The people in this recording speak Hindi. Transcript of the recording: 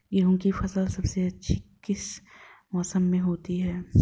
गेंहू की फसल सबसे अच्छी किस मौसम में होती है?